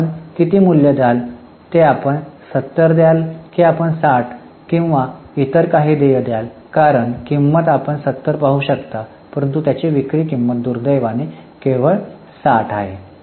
तर आपण किती मूल्य द्याल ते आपण 70 द्याल की आपण 60 किंवा इतर काही देय द्याल कारण किंमत आपण 70 पाहू शकता परंतु त्याची विक्री किंमत दुर्दैवाने केवळ 60 आहे